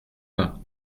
pas